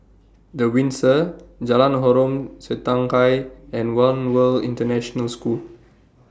The Windsor Jalan Harom Setangkai and one World International School